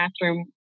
bathroom